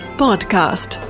podcast